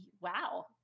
wow